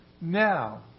Now